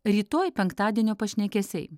rytoj penktadienio pašnekesiai